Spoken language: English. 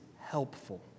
helpful